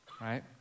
right